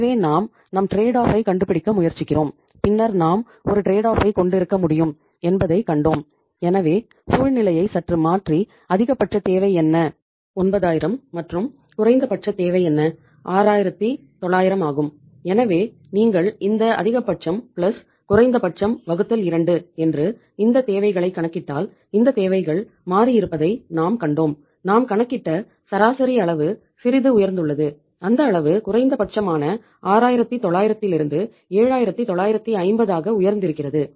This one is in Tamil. எனவே நாம் நம் ட்ரேட் ஆஃப்பை குறைந்தபட்சம் வகுத்தல் 2 என்று இந்த தேவைகளை கணக்கிட்டால் இந்தத் தேவைகள் மாறியிருப்பதை நாம் கண்டோம் நாம் கணக்கிட்ட சராசரி அளவு சிறிது உயர்ந்துள்ளது அந்த அளவு குறைந்தபட்சமான 6900 த்திலிருந்து 7950 ஆக உயர்ந்திருக்கிறது